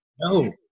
no